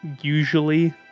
usually